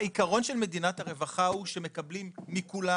העיקרון של מדינת הרווחה הוא שמקבלים מכולם